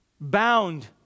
bound